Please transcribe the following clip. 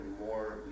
more